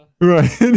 Right